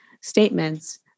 statements